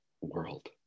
world